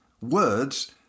words